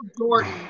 Jordan